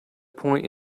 point